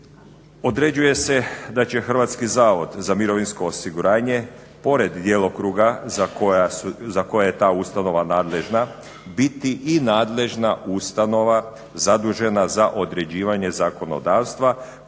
Određuje se da će HZMO pored djelokruga za koji je ta ustanova nadležna biti i nadležna ustanova zadužena za određivanje zakonodavstva